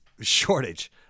Shortage